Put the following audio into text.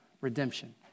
redemption